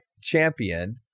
champion